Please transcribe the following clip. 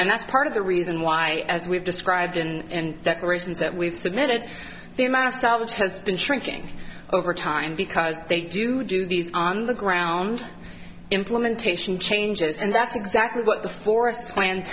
and that's part of the reason why as we've described and the reasons that we've submitted the amount of salvage has been shrinking over time because they do do these on the ground implementation changes and that's exactly what the forest plan